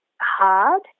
hard